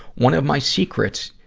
one of my secrets,